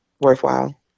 worthwhile